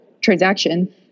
transaction